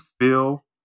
feel